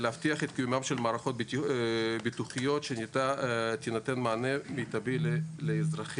להבטיח את קיומן של מערכות ביטוחיות שאיתן תינתן מענה מיטבי לאזרחים.